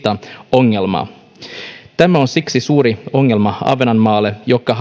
ongelmaa tämä on siksi suuri ongelma ahvenanmaalle joka